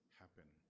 happen